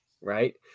Right